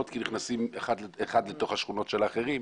כי נכנסים אחד לתוך השכונות של האחרים.